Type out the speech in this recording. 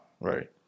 Right